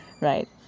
right